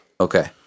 Okay